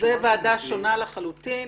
זו ועדה שונה לחלוטין,